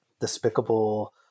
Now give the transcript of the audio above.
despicable